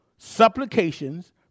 supplications